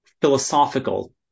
philosophical